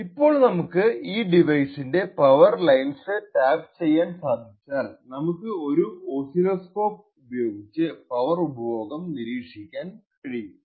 ഇപ്പോൾ നമുക്ക് ഈ ഡിവൈസിന്റെ പവർ ലൈൻസ് ടാപ്പ് ചെയ്യാൻ സാധിച്ചാൽ നമുക്ക് ഒരു ഓസിലോസ്കോപ് ഉപയോഗിച്ച് പവർ ഉപഭോഗം നിരീക്ഷിക്കാൻ കഴിയും